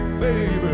Baby